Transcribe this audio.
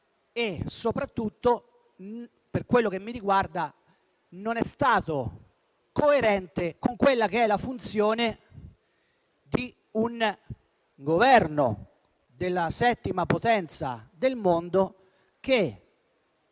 e soprattutto - per quello che mi riguarda - non è stato coerente con la funzione di Governo della settima potenza del mondo che